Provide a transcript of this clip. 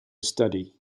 study